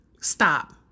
Stop